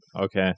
Okay